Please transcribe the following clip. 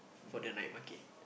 for the night market